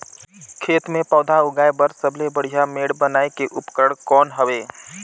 खेत मे पौधा उगाया बर सबले बढ़िया मेड़ बनाय के उपकरण कौन हवे?